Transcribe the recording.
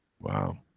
Wow